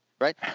Right